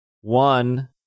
one